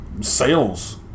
Sales